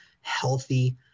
healthy